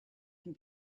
can